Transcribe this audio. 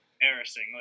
embarrassing